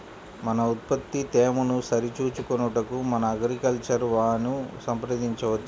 మన ఉత్పత్తి తేమను సరిచూచుకొనుటకు మన అగ్రికల్చర్ వా ను సంప్రదించవచ్చా?